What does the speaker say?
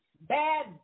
bad